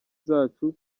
zacu